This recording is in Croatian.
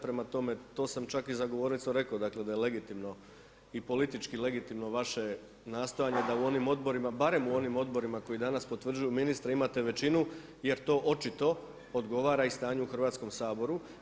Prema tome to sam čak i za govornicom rekao da je legitimno i politički legitimno vaše nastojanje da u onim odborima, barem u onim odborima koji danas potvrđuju ministre imate većinu jer to očito odgovara i stanju u Hrvatskom saboru.